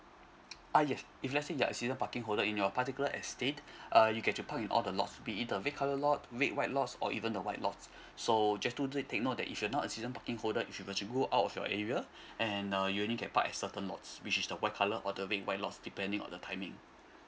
ah yes if let's say you're a season parking holder in your particular estate uh you can to park in all the lot be it red colour lot red white lot or even the white lot so just to take note that if you're not a season parking holder if you should go out of your area and uh you only can park at certain lot which the white colour or the red white lot depending on the timing